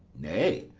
nay,